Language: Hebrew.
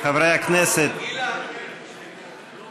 חברי הכנסת, לפני שמתחילים